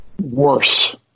Worse